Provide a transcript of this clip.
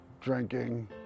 drinking